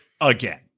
again